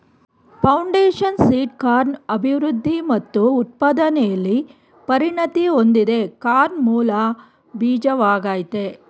foundation seed corn ಅಭಿವೃದ್ಧಿ ಮತ್ತು ಉತ್ಪಾದನೆಲಿ ಪರಿಣತಿ ಹೊಂದಿದೆ ಕಾರ್ನ್ ಮೂಲ ಬೀಜವಾಗಯ್ತೆ